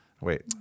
Wait